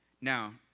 Now